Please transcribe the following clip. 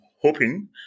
hoping